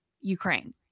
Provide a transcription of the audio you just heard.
Ukraine